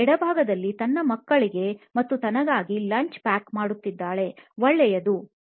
ಎಡ ಭಾಗದಲ್ಲಿ ತನ್ನ ಮಕ್ಕಳಿಗೆ ಮತ್ತು ತನಗಾಗಿ ಲಂಚ್ ಪ್ಯಾಕ್ ಮಾಡುತ್ತಿದ್ದಾಳೆ ಒಳ್ಳೆಯದು ಸರಿ